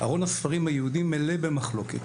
ארון הספרים היהודי מלא במחלוקת.